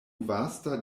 vasta